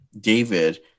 David